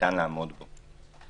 שניתן לעמוד בו,